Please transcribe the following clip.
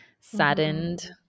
saddened